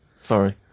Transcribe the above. Sorry